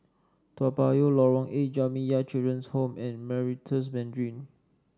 Toa Payoh Lorong Eight Jamiyah Children's Home and Meritus Mandarin